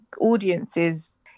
audiences